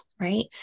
right